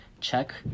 check